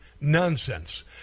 nonsense